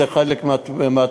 זה חלק מהתשובה.